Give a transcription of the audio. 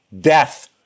death